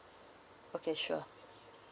okay sure